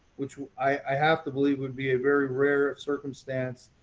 which i have to believe would be a very rare circumstance,